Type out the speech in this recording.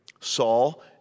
Saul